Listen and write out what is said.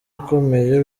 ukomeye